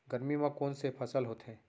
गरमी मा कोन से फसल होथे?